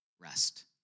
rest